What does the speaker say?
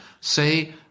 say